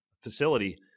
facility